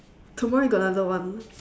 tomorrow you got another one